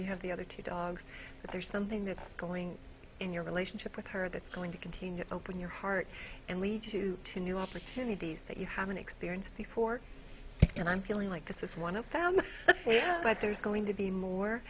you have the other two dogs but there's something that's going on in your relationship with her that's going to continue to open your heart and lead you to new opportunities that you haven't experienced before and i'm feeling like this is one of them but there's going to be more